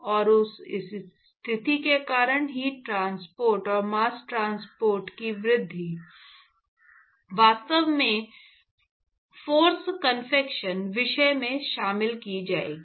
और उस स्थिति के कारण हीट ट्रांसपोर्ट और मास्स ट्रांसपोर्ट की वृद्धि वास्तव में फाॅर्स कन्वेक्शन विषय में शामिल की जाएगी